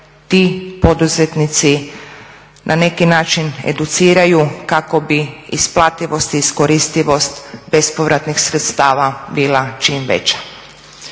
ti poduzetnici na neki način educiraju kako bi isplativost i iskoristivost bespovratnih sredstava bila čim veća.